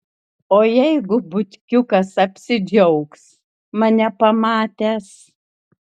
o jeigu butkiukas apsidžiaugs mane pamatęs